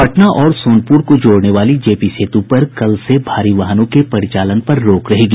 पटना और सोनपुर को जोड़ने वाली जे पी सेतु पर कल से भारी वाहनों के परिचालन पर रोक रहेगी